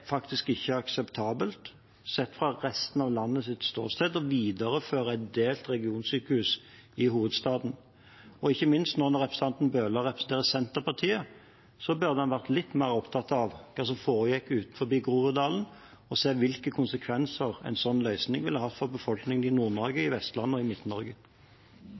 faktisk ikke akseptabelt sett fra resten av landets ståsted å videreføre delt regionsykehus i hovedstaden. Ikke minst nå når representanten Bøhler representerer Senterpartiet, burde han vært litt mer opptatt av hva som foregikk utenfor Groruddalen, og sett hvilke konsekvenser en sånn løsning ville hatt for befolkningen i Nord-Norge, på Vestlandet og i